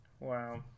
Wow